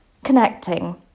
connecting